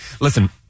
Listen